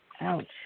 Ouch